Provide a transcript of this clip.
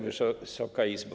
Wysoka Izbo!